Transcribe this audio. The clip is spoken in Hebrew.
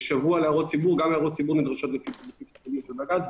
שבוע להערות ציבור גם להערות ציבור נדרשות --- של בג"צ.